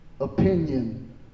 opinion